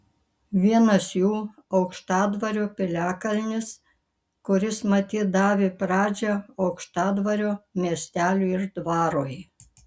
vienas jų aukštadvario piliakalnis kuris matyt davė pradžią aukštadvario miesteliui ir dvarui